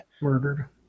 murdered